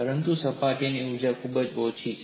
પરંતુ સપાટીની ઊર્જા ખૂબ જ ઓછી છે